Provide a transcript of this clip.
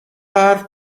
حرف